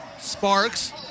Sparks